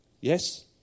Yes